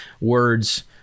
words